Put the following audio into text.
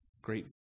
Great